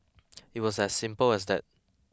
it was as simple as that